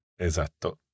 Esatto